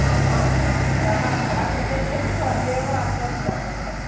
आम् आम् आं श्वः श्वः कृते चेत् अद्य एव अड्वान्स् दातव्यम् अस्ति